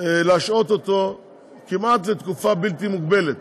להשעות אותו לתקופה כמעט בלתי מוגבלת,